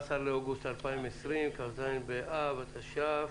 היום 17 באוגוסט 2020, כ"ז באב התש"ף.